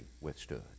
withstood